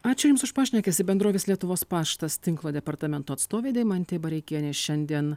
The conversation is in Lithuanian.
ačiū jums už pašnekesį bendrovės lietuvos paštas tinklo departamento atstovė deimantė bareikienė šiandien